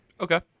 Okay